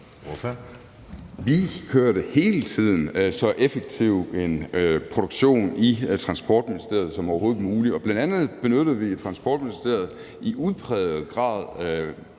Vi kørte hele tiden så effektiv en produktion i Transportministeriet som overhovedet muligt. Bl.a. benyttede vi i Transportministeriet i udpræget grad